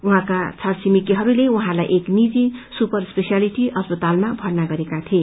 उहाँका छर छिमेकीहरूले उहाँलाई एक निजी सुपर स्पेशियलिटी अस्पतालमा भर्ना गराएका थिए